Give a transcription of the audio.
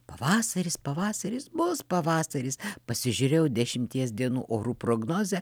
pavasaris pavasaris bus pavasaris pasižiūrėjau dešimties dienų orų prognozę